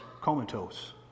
comatose